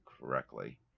correctly